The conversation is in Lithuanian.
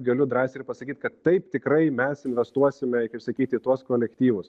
galiu drąsiai ir pasakyt kad taip tikrai mes investuosime kaip sakyt į tuos kolektyvus